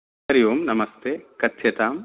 हरि ओं नमस्ते कथ्यताम्